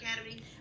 Academy